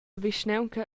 vischnaunca